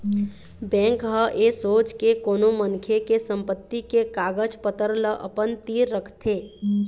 bank ह ऐ सोच के कोनो मनखे के संपत्ति के कागज पतर ल अपन तीर रखथे